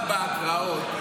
למה בהקראות,